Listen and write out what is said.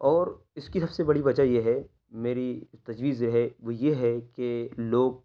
اور اس کی سب سے بڑی وجہ یہ ہے کہ میری تجویز یہ ہے وہ یہ ہے کہ لوگ